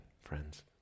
friends